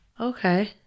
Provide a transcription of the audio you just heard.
Okay